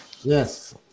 Yes